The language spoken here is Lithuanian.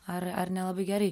ar ar nelabai gerai